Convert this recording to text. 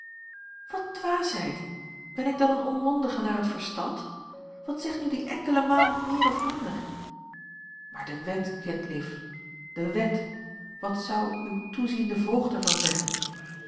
dwaasheid ben ik dan een onmondige naar het verstand wat zegt nu die enkele maand meer of minder maar de wet kindlief de wet en wat zou uw toeziende voogd er van zeggen